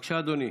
בבקשה, אדוני.